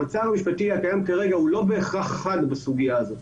המצב המשפטי הקיים כרגע הוא לא בהכרח חל בסוגיה הזאת.